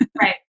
Right